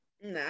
No